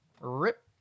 Rip